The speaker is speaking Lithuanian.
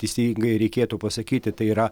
teisingai reikėtų pasakyti tai yra